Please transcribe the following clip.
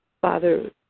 Father